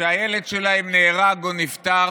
שהילד שלהם נהרג או נפטר,